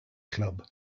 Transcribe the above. club